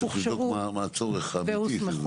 צריך לבדוק מה הצורך האמיתי.